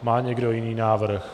Má někdo jiný návrh?